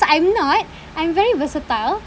I'm not I'm very versatile